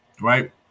right